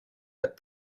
that